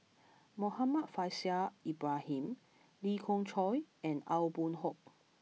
Muhammad Faishal Ibrahim Lee Khoon Choy and Aw Boon Haw